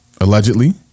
allegedly